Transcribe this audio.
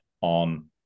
on